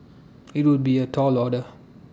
IT would be A tall order